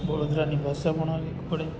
વડોદરાની ભાષા પણ અલગ પડે